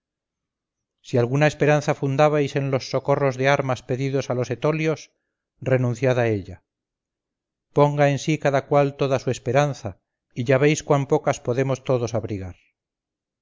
si alguna esperanza fundabais en los socorros de armas pedidos a los etolios renunciad a ella ponga en sí cada cual toda su esperanza y ya veis cuán pocas podemos todos abrigar